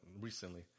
recently